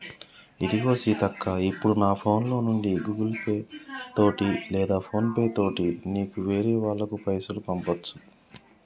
ఇదిగో సీతక్క ఇప్పుడు నా ఫోన్ లో నుండి గూగుల్ పే తోటి లేదా ఫోన్ పే తోటి నీకు వేరే వాళ్ళకి పైసలు పంపొచ్చు